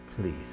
please